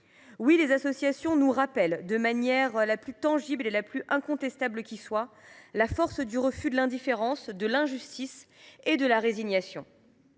Oui, les associations nous rappellent, de la manière la plus tangible et incontestable qui soit, la force du refus de l’indifférence, de l’injustice et de la résignation.